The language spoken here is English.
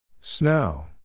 Snow